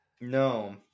No